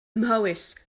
mhowys